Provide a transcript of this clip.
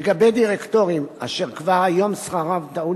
לגבי דירקטורים אשר כבר היום שכרם טעון